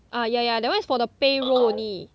ah ya ya that [one] is for the payroll only